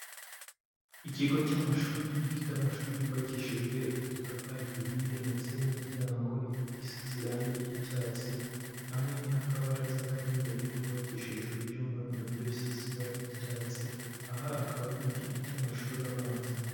Ikigo cy'amashuri gifite amashuri yubakishijwe udutafari duhiye ndetse n'imiryango isize irangi ry'icyatsi hamwe n'akabaraza kari imbere kubakishijwe ibyuma na byo bisize ibara ry'icyatsi, aha akaba ari mu kigo cy'amashuri abanza.